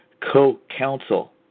co-counsel